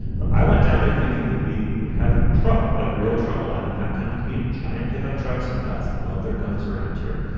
but i went down there thinking that we would have trouble like real trouble. i'm in that kind of commute. giant pickup trucks and guys love their guns around here.